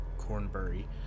Cornbury